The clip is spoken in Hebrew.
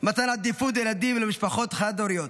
מתן עדיפות לילדים ולמשפחות חד-הוריות,